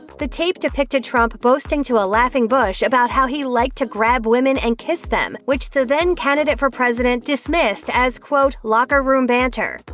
the tape depicted trump boasting to a laughing bush about how he liked to grab women and kiss them, which the then-candidate for president dismissed as quote, locker room banter.